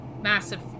Massive